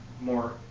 more